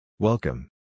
Welcome